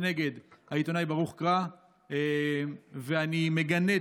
ואני מגנה אותו,